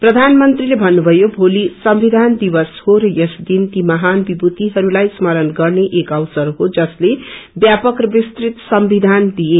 प्रधानमंत्रीले भन्नुभयो भोली संविधान दिवसा हो र यस दिन ती महान विभूतिहरूलाई स्मरण गर्ने एक अवसर हो जसले व्यापक र विस्तृत संविधान दिए